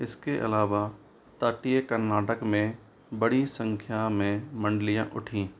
इस के अलावा तटीय कर्नाटक में बड़ी संख्या में मंडलियाँ उठीं